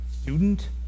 student